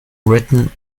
written